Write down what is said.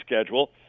schedule